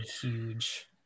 huge